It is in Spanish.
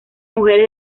mujeres